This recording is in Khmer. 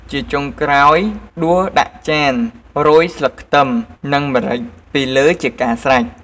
ជាចុងក្រោយ ដួសដាក់ចានរោយស្លឹកខ្ទឹម និងម្រេចពីលើជាការស្រេច។